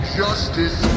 justice